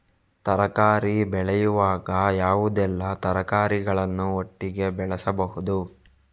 ತರಕಾರಿ ಬೆಳೆಯುವಾಗ ಯಾವುದೆಲ್ಲ ತರಕಾರಿಗಳನ್ನು ಒಟ್ಟಿಗೆ ಬೆಳೆಸಬಹುದು?